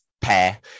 Pair